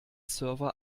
server